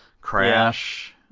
crash